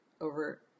over